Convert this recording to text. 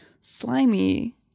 slimy